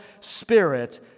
spirit